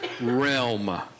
realm